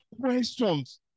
questions